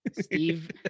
steve